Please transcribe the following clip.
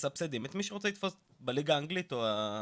מסבסדים את מי שרוצה לצפות בליגה האנגלית או הצרפתית.